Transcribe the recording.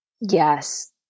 Yes